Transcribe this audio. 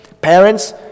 parents